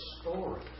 story